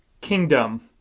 kingdom